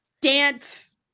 dance